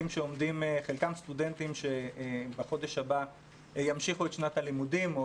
חלקם סטודנטים שבחודש הבא ימשיכו את שנת הלימודים או